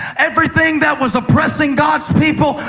everything that was oppressing god's people,